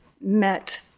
met